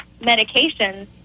medications